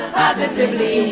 positively